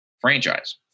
franchise